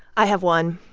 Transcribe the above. i have one.